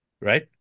Right